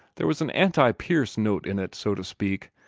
there was an anti-pierce note in it, so to speak,